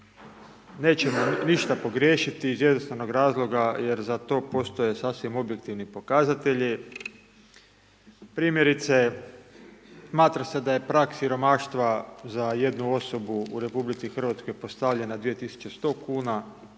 nećemo ništa pogriješiti iz jednostavnog razloga jer za to postoje sasvim objektivni pokazatelji, primjerice, smatra se da je prag siromaštva za jednu osobu u Republici Hrvatskoj postavljena 2100 kuna.